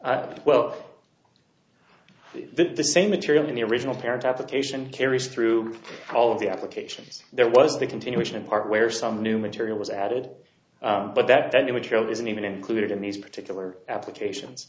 you well the same material in the original parent application carries through all of the applications there was the continuation part where some new material was added but that any material isn't even included in these particular applications